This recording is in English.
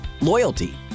loyalty